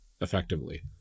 effectively